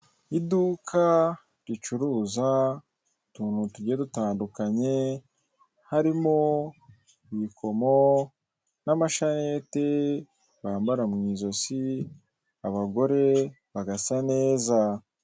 Iduka ricuruza utuntu tugiye dutandukanye harimo imikomo n'amashaneta bambara mu ijosi abagore bagasa neza.